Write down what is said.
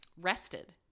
rested